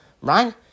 Ryan